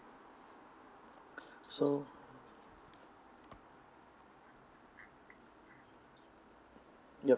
so yup